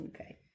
Okay